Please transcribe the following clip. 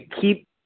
keep